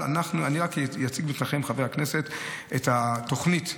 אני רק אציג בפניכם, חברי הכנסת, את התוכנית,